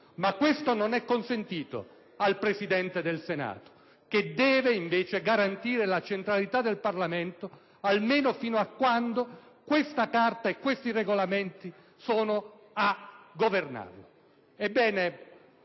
ma questo non è consentito al Presidente del Senato che deve invece garantire la centralità del Parlamento, almeno fino a quando questa Carta e questi Regolamenti lo governeranno.